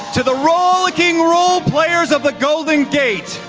to the rollicking role players of the golden gate.